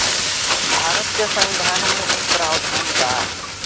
भारत के संविधान में इ प्रावधान बा